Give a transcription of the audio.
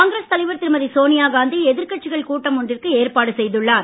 காங்கிரஸ் தலைவர் திருமதி சோனியா காந்தி எதிர்கட்சிகள் கூட்டம் ஒன்றிற்கு ஏற்பாடு செய்துள்ளார்